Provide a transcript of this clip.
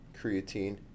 creatine